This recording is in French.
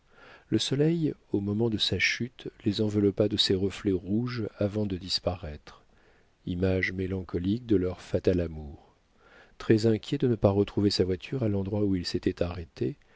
le soleil au moment de sa chute les enveloppa de ses reflets rouges avant de disparaître image mélancolique de leur fatal amour très inquiet de ne pas retrouver sa voiture à l'endroit où il s'était arrêté